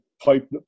pipe